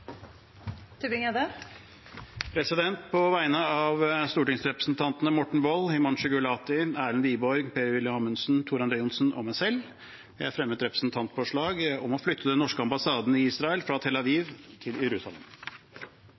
På vegne av stortingsrepresentantene Morten Wold, Himanshu Gulati, Erlend Wiborg, Per-Willy Amundsen, Tor André Johnsen og meg selv vil jeg fremme et representantforslag om å flytte den norske ambassaden i Israel fra Tel Aviv til